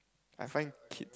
I find kid